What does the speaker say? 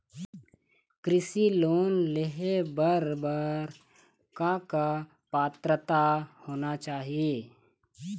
कृषि लोन ले बर बर का का पात्रता होना चाही?